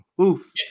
Oof